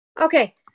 Okay